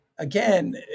again